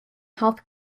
health